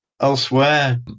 Elsewhere